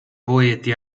poeti